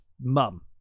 mum